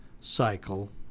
cycle